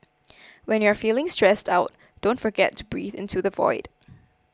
when you are feeling stressed out don't forget to breathe into the void